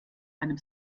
einem